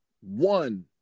one